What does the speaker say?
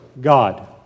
God